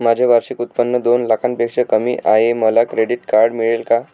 माझे वार्षिक उत्त्पन्न दोन लाखांपेक्षा कमी आहे, मला क्रेडिट कार्ड मिळेल का?